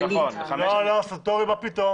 מה זה?